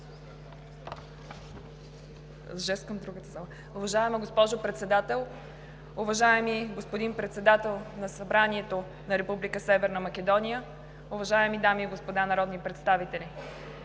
Уважаема госпожо Председател, уважаеми господин Председател на Събранието на Република Северна Македония, уважаеми дами и господа народни представители!